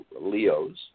Leos